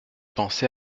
pensé